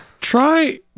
try